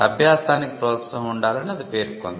అభ్యాసానికి ప్రోత్సాహం ఉండాలని అది పేర్కొంది